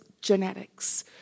genetics